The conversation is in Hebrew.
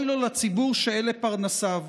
אוי לו לציבור שאלה פרנסיו.